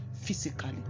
physically